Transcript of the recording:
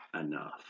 enough